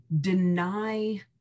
deny